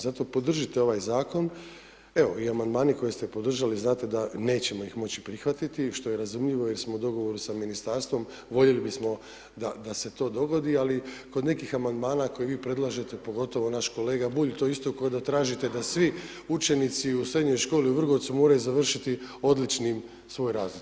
Zato podržite ovaj zakon, evo i amandmani koji ste podržali, znate da nećemo ih moći prihvatiti što je razumljivo jer smo u dogovoru s ministarstvom, voljeli bismo da se to dogodi, ali kod nekih amandmana koje vi predlažete, pogotovo naš kolega Bulj, to isto kao da tražite da svi učenici u srednjoj školi u Vrgorcu moraju završiti odlučnim svoj razred.